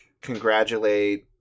congratulate